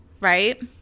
right